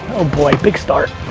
oh boy, big start.